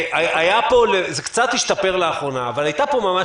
זה קצת השתפר לאחרונה אבל הייתה פה ממש